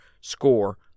score